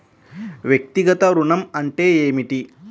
వ్యక్తిగత ఋణం అంటే ఏమిటి?